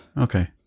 Okay